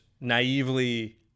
naively